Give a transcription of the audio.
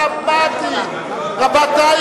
רבותי,